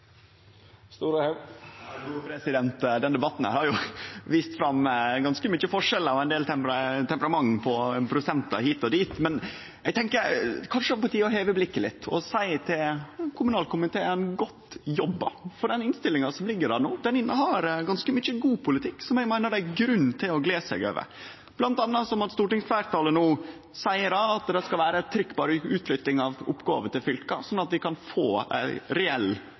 debatten har vist ganske mykje forskjellar og ein del temperament på prosentar hit og dit. Eg tenkjer at det kanskje er på tide å heve blikket litt og seie til kommunalkomiteen: Godt jobba! For den innstillinga som ligg her no, inneheld ganske mykje god politikk som eg meiner det er grunn til å gle seg over, bl.a. som at stortingsfleirtalet no seier at det skal vere eit trykk på utflytting av oppgåver til fylka, slik at vi kan få ei reell